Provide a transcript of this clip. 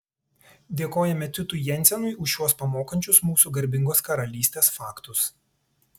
dėkojame titui jensenui už šiuos pamokančius mūsų garbingos karalystės faktus